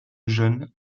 jeune